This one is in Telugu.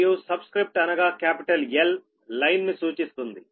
మరియు సబ్స్క్రిప్ట్ అనగా క్యాపిటల్ 'L' లైన్ ను సూచిస్తుంది